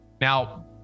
now